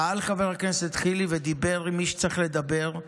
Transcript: פעל חבר הכנסת חילי ודיבר עם מי שצריך לדבר,